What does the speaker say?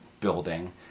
building